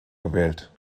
gewählt